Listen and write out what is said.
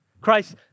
Christ